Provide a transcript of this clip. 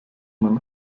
man